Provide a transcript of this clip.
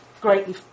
greatly